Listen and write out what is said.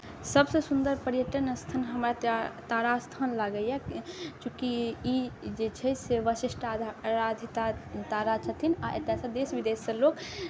सबसँ सुन्दर पर्यटन स्थल हमरा तारास्थान लगैए चुँकि ई जे छै से वशिष्ठ राज दादा छथिन आओर एतऽ देश विदेशसँ लोक